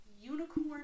unicorn